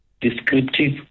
descriptive